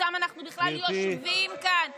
שבזכותם אנחנו יושבים כאן בכלל.